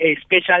special